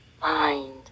find